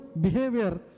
behavior